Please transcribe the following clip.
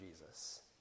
Jesus